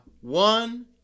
One